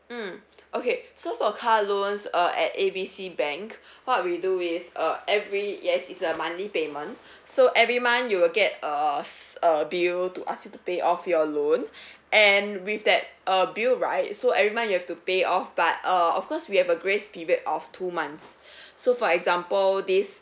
mm okay so for car loans uh at A B C bank what we do is uh every yes it's a monthly payment so every month you will get a s~ a bill to ask you to pay off your loan and with that uh bill right so every month you have to pay off but uh of course we have a grace period of two months so for example this